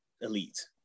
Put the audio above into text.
elite